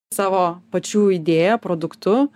savo pačių idėja produktu